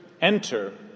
enter